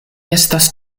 estas